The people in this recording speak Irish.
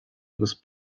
agus